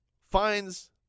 finds